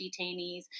detainees